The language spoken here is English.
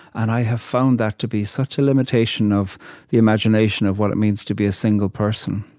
and i have found that to be such a limitation of the imagination of what it means to be a single person,